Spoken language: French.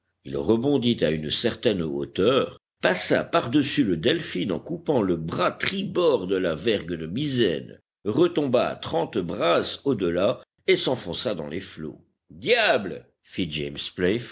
il rebondit à une certaine hauteur passa par-dessus le delphin en coupant le bras tribord de la vergue de misaine retomba à trente brasses au-delà et s'enfonça dans les flots diable fit james